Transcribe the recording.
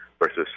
versus